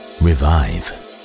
revive